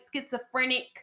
schizophrenic